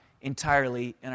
entirely